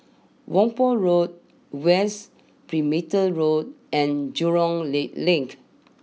Whampoa Road West Perimeter Road and Jurong Lake Link